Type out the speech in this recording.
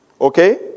Okay